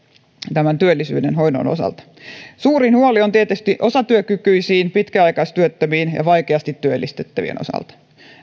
tämän työllisyydenhoidon osalta suurin huoli on tietysti osatyökykyisten pitkäaikaistyöttömien ja vaikeasti työllistettävien osalta